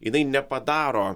jinai nepadaro